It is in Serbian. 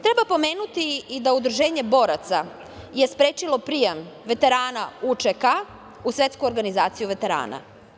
Treba pomenuti da je Udruženje boraca sprečilo prijem veterana UČK u Svetsku organizaciju veterana.